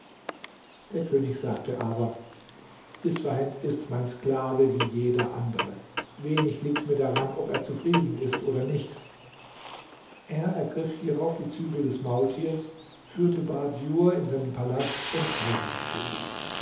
der könig sagte aber isfahend ist mein sklave wie jeder andere wenig liegt mir daran ob er zufrieden ist oder nicht er ergriff hierauf die zügel des maultiers führte bahrdjur in seinen palast und heiratete sie